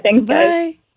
bye